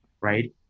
right